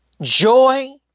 joy